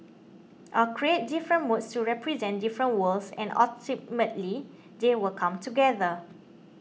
I'll create different moods to represent different worlds and ultimately they will come together